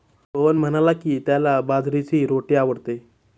सोहन म्हणाला की, त्याला बाजरीची रोटी आवडते